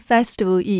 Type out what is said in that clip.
Festival